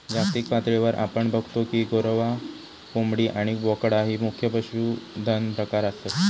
जागतिक पातळीवर आपण बगतो की गोरवां, कोंबडी आणि बोकडा ही मुख्य पशुधन प्रकार आसत